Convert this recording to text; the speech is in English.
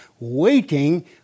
waiting